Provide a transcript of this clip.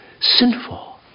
sinful